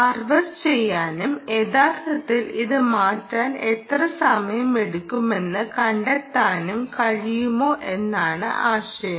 harvest ചെയ്യാനും യഥാർത്ഥത്തിൽ ഇത് മാറ്റാൻ എത്ര സമയമെടുക്കുമെന്ന് കണ്ടെത്താനും കഴിയുമോ എന്നാണ് ആശയം